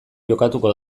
jokatuko